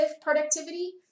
productivity